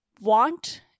want